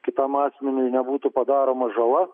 kitam asmeniui nebūtų padaroma žala